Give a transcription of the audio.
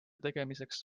tegemiseks